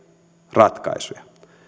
ratkaisuja